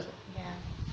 yeah